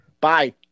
bye